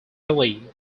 melee